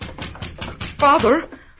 Father